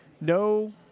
No